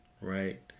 right